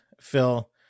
Phil